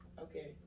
Okay